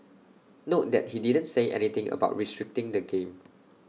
note that he didn't say anything about restricting the game